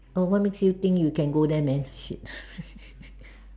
oh what makes you can go there man to shit